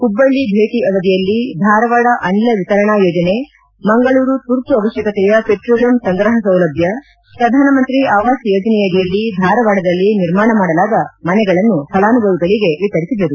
ಹುಬ್ಬಳ್ಳ ಭೇಟಿ ಅವಧಿಯಲ್ಲಿ ಧಾರವಾಡ ಅನಿಲ ವಿತರಣಾ ಯೋಜನೆ ಮಂಗಳೂರು ತುರ್ತು ಅವಕಶ್ಯಕತೆಯ ಪೆಟ್ರೋಲಿಯಂ ಸಂಗ್ರಪ ಸೌಲಭ್ಯ ಪ್ರಧಾನಮಂತ್ರಿ ಆವಾಸ್ ಯೋಜನೆಯಡಿಯಲ್ಲಿ ಧಾರವಾಡದಲ್ಲಿ ನಿರ್ಮಾಣ ಮಾಡಲಾದ ಮನೆಗಳನ್ನು ಫಲಾನುಭವಿಗಳಿಗೆ ವಿತರಿಸಿದರು